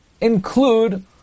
include